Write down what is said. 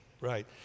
right